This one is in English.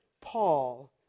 Paul